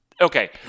Okay